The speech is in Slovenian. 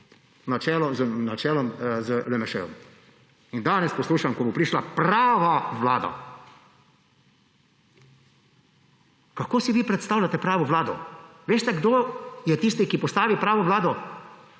Na čelu z LMŠ. In danes poslušam, ko bo prišla prava vlada. Kako si vi predstavljate pravo vlado? In veste, kdo je tisti, ki postavi pravo vlado?